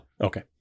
Okay